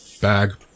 bag